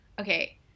Okay